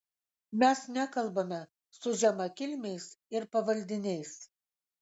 mes nekalbame su žemakilmiais ir pavaldiniais